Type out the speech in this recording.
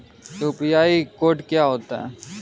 UPI code क्या होता है?